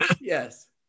yes